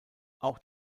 auch